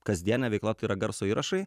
kasdiene veikla tai yra garso įrašai